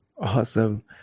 Awesome